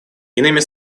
иными